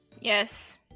Yes